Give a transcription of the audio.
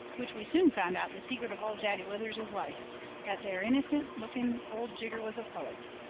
which we soon found out the secret of old daddy withers's life that there innocent-looking old jigger was a poet.